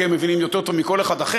כי הם מבינים יותר טוב מכל אחד אחר,